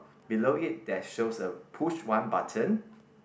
below it there shows a push one button